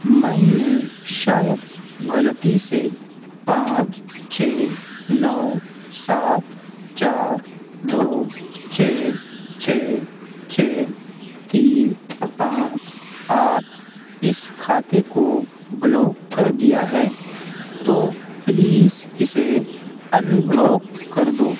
میں نے شاید غلطی سے پانچ چھ نو سات چار دو چھ چھ چھ تین پانچ آٹھ اس کھاتے کو بلاک کر دیا ہے تو پلیز اسے ان بلاک کر دو